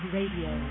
Radio